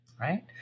right